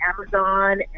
amazon